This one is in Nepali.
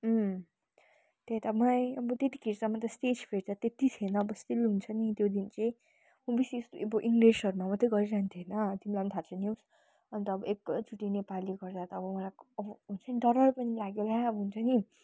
त्यही त मलाई अब त्यति खेरसम्म त स्टेज फेस त त्यति थिएन अब स्टिल हुन्छ नि त्यो दिन चाहिँ म बेसी जस्तो अब इङ्ग्लिसहरूमा मात्रै गरि रहन्थेँ होइन अब तिमीलाई पनि थाहा छ नि हौ अन्त अब एकैचोटि नेपाली गर्दा त अब मलाई अब हुन्छ नि डर डर पनि लाग्यो ला अब हुन्छ नि